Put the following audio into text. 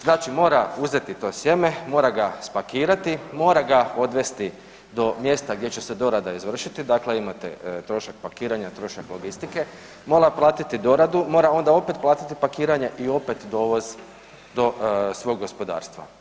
Znači mora uzeti to sjeme, mora ga spakirati, mora ga odvesti do mjesta gdje će se dorada izvršiti, dakle imate trošak pakiranja, trošak logistike, mora platiti doradu, mora onda opet platiti pakiranje i opet dovoz do svog gospodarstva.